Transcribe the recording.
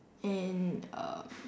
and um